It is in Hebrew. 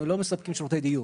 אנחנו לא מספקים שירותי דיור.